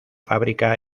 fábrica